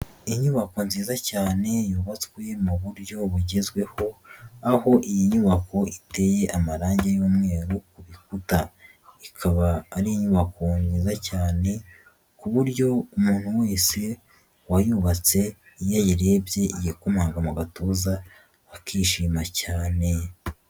Inyubako nziza cyane yubatswe mu buryo bugezweho aho iyi nyubako iteye amarange y'umweru ku bikuta, ikaba ari inyubako nziza cyane ku buryo umuntu wese wayubatse iyo ayirebye yikomanga mu gatuza akishima cyane.